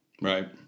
Right